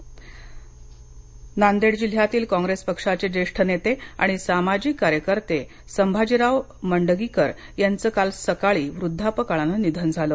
निधन मंडगीकर नांदेड जिल्ह्यातील काँग्रेस पक्षाचे ज्येष्ठ नेते आणि सामाजिक कार्यकर्ते संभाजीराव मंडगीकर यांचं काल सकाळी वृध्दापकाळानं निधन झालं